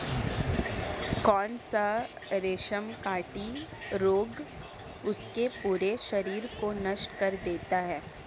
कौन सा रेशमकीट रोग उसके पूरे शरीर को नष्ट कर देता है?